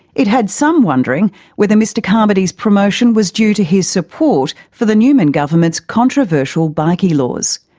it had some wondering whether mr carmody's promotion was due to his support for the newman government's controversial bikie laws.